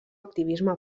activisme